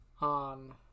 on